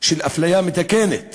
של אפליה מתקנת